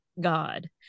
god